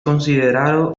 considerado